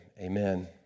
Amen